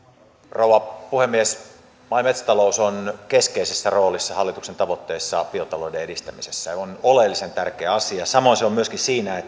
rouva puhemies maa ja metsätalous on keskeisessä roolissa hallituksen tavoitteissa biotalouden edistämisessä ja on oleellisen tärkeä asia samoin se on myöskin siinä